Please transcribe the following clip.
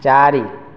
चारि